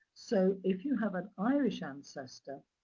so, if you have an irish ancestor,